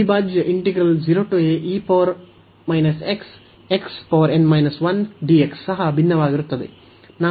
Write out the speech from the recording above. ಅವಿಭಾಜ್ಯ ಸಹ ಭಿನ್ನವಾಗಿರುತ್ತದೆ